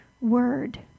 word